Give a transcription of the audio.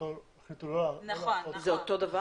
ושאותו החליטו לא לעשות זה אותו חוק?